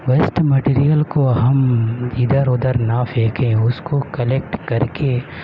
waste material کو ہم ادھر ادھر نہ پھینکیں اس کو کلیکٹ کر کے